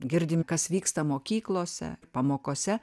girdim kas vyksta mokyklose pamokose